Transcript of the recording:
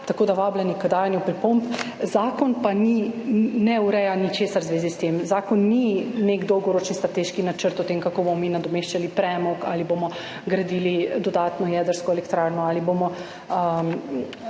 Tako da vabljeni k dajanju pripomb. Zakon pa ne ureja ničesar v zvezi s tem. Zakon ni nek dolgoročni strateški načrt o tem, kako bomo mi nadomeščali premog, ali bomo gradili dodatno jedrsko elektrarno, ali,